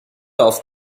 auf